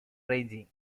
ranging